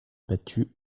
battu